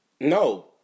No